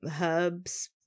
herbs